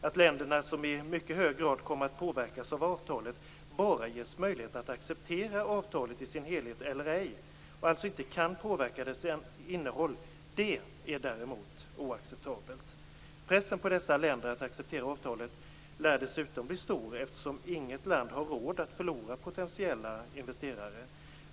Att länderna som i mycket hög grad kommer att påverkas av avtalet bara ges möjlighet att acceptera avtalet i dess helhet eller ej och alltså inte kan påverka dess innehåll är däremot oacceptabelt. Pressen på dessa länder att acceptera avtalet lär dessutom bli stor, eftersom inget land har råd att förlora potentiella investerare.